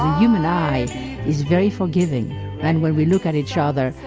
human eye is very forgiving and when we look at each other,